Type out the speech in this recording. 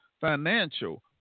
Financial